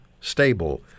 stable